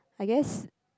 I guess